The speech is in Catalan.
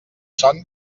son